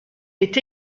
est